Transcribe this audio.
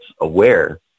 aware